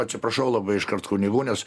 atsiprašau labai iškart kunigų nes